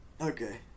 okay